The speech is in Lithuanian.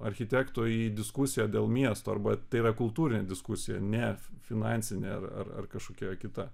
architekto į diskusiją dėl miesto arba tai yra kultūrinė diskusija ne finansinė ar ar kažkokia kita